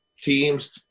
teams